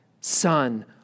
Son